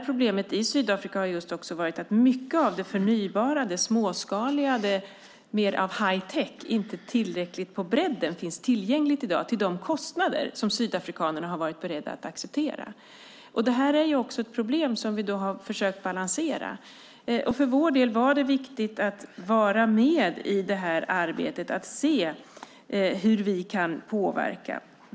Problemet i Sydafrika har varit att mycket av det förnybara, det småskaliga och det som är mer av hightech inte tillräckligt på bredden finns tillgängligt i dag till de kostnader som sydafrikanerna har varit beredd att acceptera. Det är ett problem som vi har försökt balansera. För vår del var det viktigt att vara med i arbetet, se hur vi kan påverka.